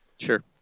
Sure